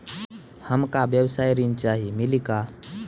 हमका व्यवसाय ऋण चाही मिली का?